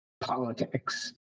politics